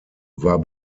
war